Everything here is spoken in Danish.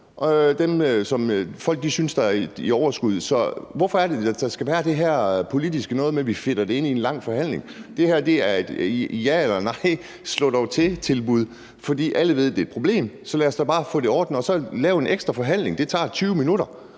dem, som folk synes er i overskud. Så hvorfor er det sådan, at der skal være det her politiske noget med, at vi fedter det ind i en lang forhandling? Det her et slå dog til-tilbud, et ja- eller nej-tilbud, for alle ved, at det er et problem, og lad os da bare få det ordnet og så lave en ekstra forhandling. Det tager 20 minutter,